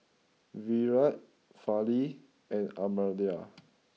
Virat Fali and Amartya